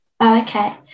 Okay